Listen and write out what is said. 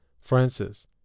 Francis